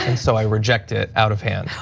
so i reject it out of hand.